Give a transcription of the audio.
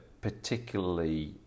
particularly